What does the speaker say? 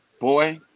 boy